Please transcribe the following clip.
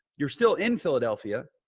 you're still in philadelphia.